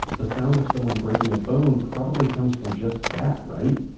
the sound of someone breaking a bone probably comes from just that right?